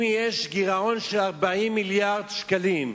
אם יש גירעון של 40 מיליארד שקלים,